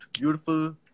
beautiful